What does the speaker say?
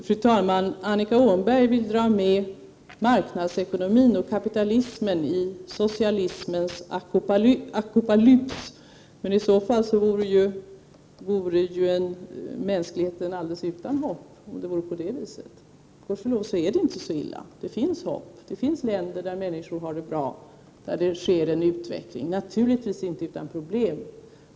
Fru talman! Annika Åhnberg vill dra med marknadsekonomin och kapitalismen i socialismens apokalyps. Om det vore på det viset, vore ju mänskligheten alldeles utan hopp. Gudskelov är det inte så illa. Det finns hopp. Det finns länder där människor har det bra och där det sker en utveckling, naturligtvis inte utan problem.